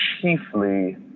chiefly